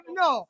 no